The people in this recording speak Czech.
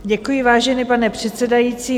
Děkuji, vážený pane předsedající.